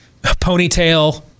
ponytail